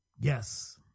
Yes